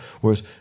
Whereas